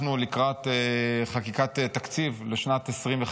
אנחנו לקראת חקיקת תקציב לשנת 2025,